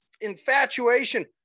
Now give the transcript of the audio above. infatuation